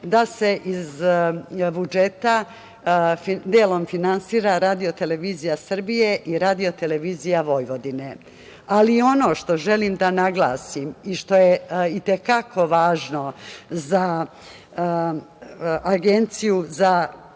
da se iz budžeta delom finansira Radio-televizija Srbije i Radio-televizija Vojvodine. Ono što želim da naglasim i što je i te kako važno za Agenciju za